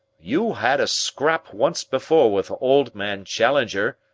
you had a scrap once before with old man challenger,